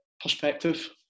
perspective